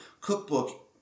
cookbook